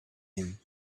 him